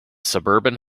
suburban